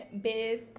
Biz